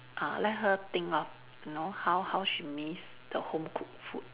uh let her think of you know how how she miss the home cooked food